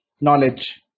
knowledge